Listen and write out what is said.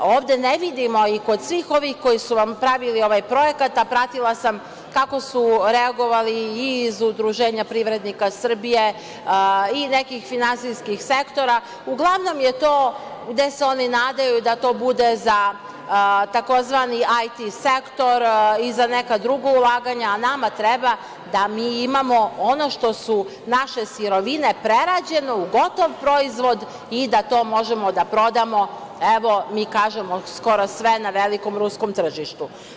Ovde ne vidimo, i kod svih ovih koji su vam pravili ovaj projekat, a pratila sam kako su reagovali i iz Udruženja privrednika Srbije i nekih finansijskih sektora, uglavnom je to gde se oni nadaju da to bude za tzv. IT sektor i za neka druga ulaganja, a nama treba da mi imamo ono što su naše sirovine prerađene u gotov proizvod i da to možemo da prodamo, evo, mi kažemo skoro sve, na velikom ruskom tržištu.